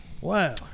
Wow